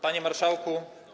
Panie Marszałku!